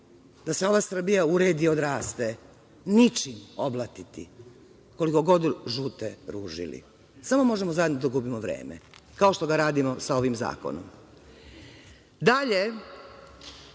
da se ova Srbija uredi i odraste ničim oblatiti, koliko god žute ružili, samo možemo zajedno da gubimo vreme, kao što to radimo sa ovim zakonom. Dalje,